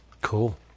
cool